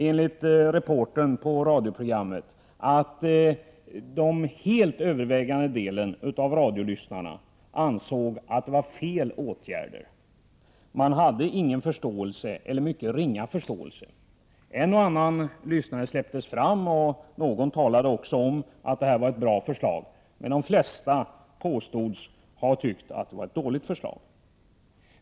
Enligt reportern ansåg de flesta att det var fel åtgärder. Man visade mycket ringa eller ingen förståelse för dessa. En och annan lyssnare släpptes också fram. Men det var bara någon enstaka lyssnare som tyckte att det var ett bra förslag. De flesta påstods anse att förslaget var dåligt.